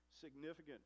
significant